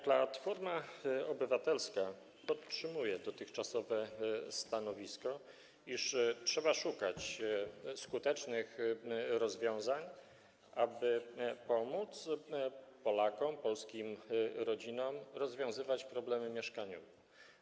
Platforma Obywatelska podtrzymuje dotychczasowe stanowisko, iż trzeba szukać skutecznych rozwiązań, aby pomóc Polakom, polskim rodzinom, rozwiązywać problemy mieszkaniowe.